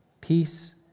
Peace